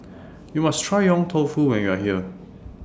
YOU must Try Yong Tau Foo when YOU Are here